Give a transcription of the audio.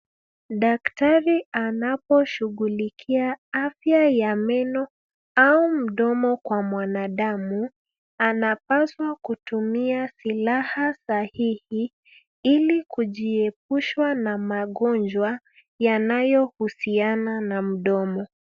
Daktari anaposhughulikia afya ya meno au mdomo kwa mwanadamu, anapaswa kutumia silaha sahihi, ili kujiepusha na magonjwa yanayohusiana na mdomo.